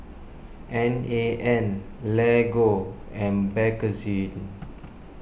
N A N Lego and Bakerzin